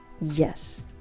Yes